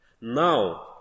now